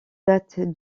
date